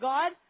God